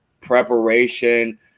preparation